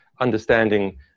understanding